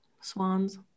Swans